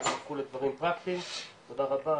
ואת הכל לדברים פרקטיים, תודה רבה.